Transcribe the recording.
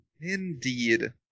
Indeed